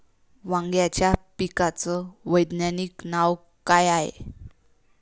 वांग्याच्या पिकाचं वैज्ञानिक नाव का हाये?